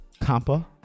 Compa